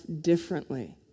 differently